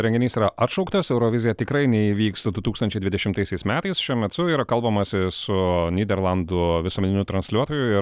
renginys yra atšauktas eurovizija tikrai neįvyks du tūkstančiai dvidešimtaisiais metais šiuo metu yra kalbamasi su nyderlandų visuomeniniu transliuotoju ir